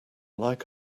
like